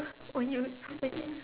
when you when